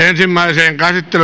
ensimmäiseen